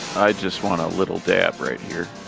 i just want a little dab right here